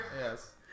Yes